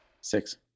Six